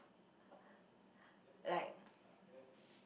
like